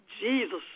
Jesus